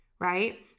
right